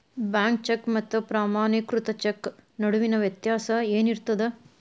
Bank cheque ಮತ್ತ ಪ್ರಮಾಣೇಕೃತ cheque ನಡುವಿನ್ ವ್ಯತ್ಯಾಸ ಏನಿರ್ತದ?